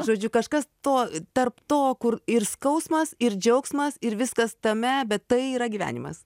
žodžiu kažkas to tarp to kur ir skausmas ir džiaugsmas ir viskas tame bet tai yra gyvenimas